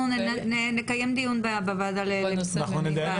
אנחנו נקיים דיון בוועדה לביטחון פנים.